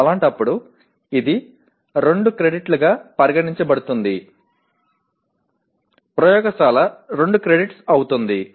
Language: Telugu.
అలాంటప్పుడు ఇది 2 క్రెడిట్లు గా పరిగణించబడుతుంది ప్రయోగశాల 2 క్రెడిట్స్ అవుతుంది